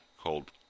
Called